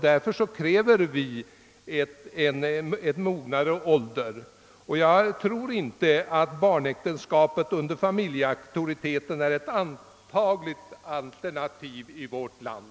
Därför kräver vi en mognare ålder för äktenskaps ingående, och jag tror inte att barnäktenskapet under familjeauktoritet är ett antagligt alternativ i vårt land.